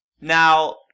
Now